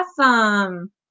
Awesome